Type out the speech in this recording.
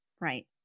Right